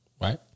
Right